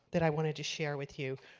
that i wanted to share with you.